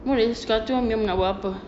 boleh suka hati umi nak buat apa